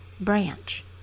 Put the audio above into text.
branch